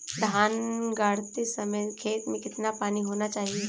धान गाड़ते समय खेत में कितना पानी होना चाहिए?